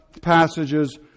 passages